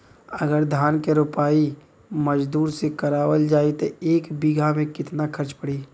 अगर धान क रोपाई मजदूर से करावल जाई त एक बिघा में कितना खर्च पड़ी?